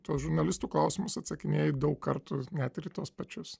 tuos žurnalistų klausimus atsakinėji daug kartų net ir į tuos pačius